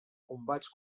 combats